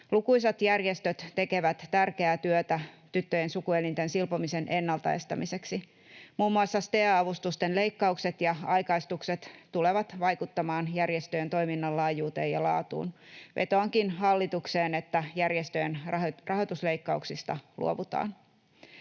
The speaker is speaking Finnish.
Lukuisat järjestöt tekevät tärkeää työtä tyttöjen sukuelinten silpomisen ennalta estämiseksi. Muun muassa STEA-avustusten leikkaukset ja aikaistukset tulevat vaikuttamaan järjestöjen toiminnan laajuuteen ja laatuun. Vetoankin hallitukseen, että järjestöjen rahoitusleikkauksista luovutaan.